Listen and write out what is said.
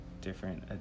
different